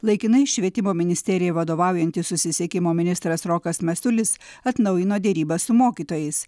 laikinai švietimo ministerijai vadovaujantis susisiekimo ministras rokas masiulis atnaujino derybas su mokytojais